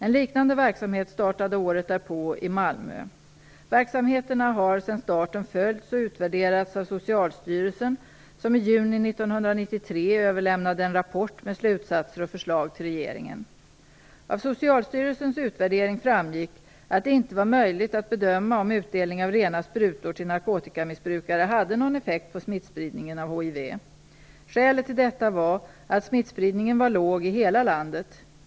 En liknande verksamhet startade året därpå i Malmö. Verksamheterna har sedan starten följts och utvärderats av Socialstyrelsen som i juni 1993 överlämnade en rapport med slutsatser och förslag till regeringen. Av Socialstyrelsens utvärdering framgick att det inte var möjligt att bedöma om utdelning av rena sprutor till narkotikamissbrukare hade någon effekt på smittspridningen av hiv. Skälet till detta var att smittspridningen var låg i hela landet.